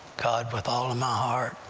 god, with all of my heart,